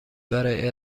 برای